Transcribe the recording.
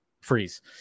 freeze